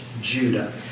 Judah